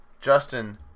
Justin